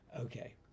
Okay